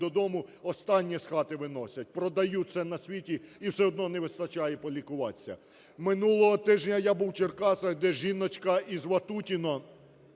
до дому, останнє з хати виносять, продають все на світі і все одно не вистачає полікуватися. Минулого тижня я був у Черкасах, де жіночка із Ватутіне,